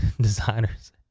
designers